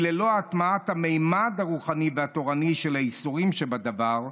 כי ללא הטמעת הממד הרוחני והתורני של האיסורים שבדבר,